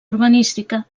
urbanística